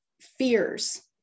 Fears